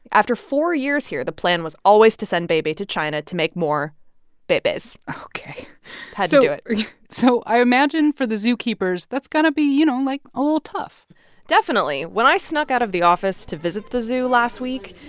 after four years here, the plan was always to send bei bei to china to make more bei beis ok had to do it so i imagine for the zookeepers, that's got to be, you know, like, a little tough definitely. when i snuck out of the office to visit the zoo last week,